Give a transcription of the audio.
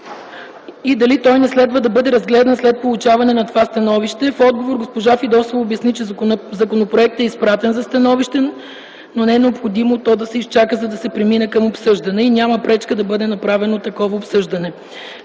и дали той не следва да бъде разгледан след получаването на това становище. В отговор госпожа Фидосова обясни, че законопроектът е изпратен за становище, но не е необходимо то да се изчака, за да се премине към обсъждане и няма пречка да бъде направено такова обсъждане.